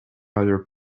other